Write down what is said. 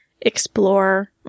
explore